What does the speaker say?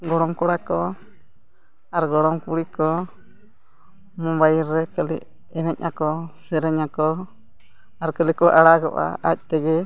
ᱜᱚᱲᱚᱢ ᱠᱚᱲᱟ ᱠᱚ ᱟᱨ ᱜᱚᱲᱚᱢ ᱠᱩᱲᱤ ᱠᱚ ᱢᱳᱵᱟᱭᱤᱞ ᱨᱮ ᱠᱷᱟᱹᱞᱤ ᱮᱱᱮᱡ ᱟᱠᱚ ᱥᱮᱨᱮᱧᱟ ᱠᱚ ᱟᱨ ᱠᱷᱟᱹᱞᱤ ᱠᱚ ᱟᱲᱟᱜᱼᱟ ᱟᱡ ᱛᱮᱜᱮ